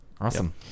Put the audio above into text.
awesome